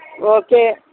okay